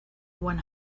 one